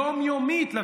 יום-יומית,